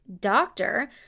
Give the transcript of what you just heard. doctor